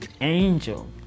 Angel